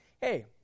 hey